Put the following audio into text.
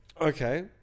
Okay